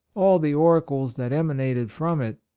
all the oracles that emanated from it.